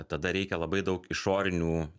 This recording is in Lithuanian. tada reikia labai daug išorinių